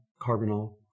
carbonyl